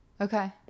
Okay